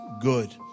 good